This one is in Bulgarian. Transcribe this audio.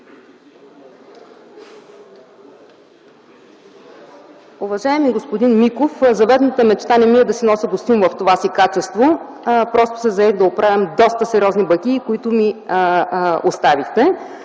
Уважаеми господин Миков, заветната мечта не ми е да нося костюм в това си качество, а просто се заех да оправям доста сериозни бакии, които ми оставихте.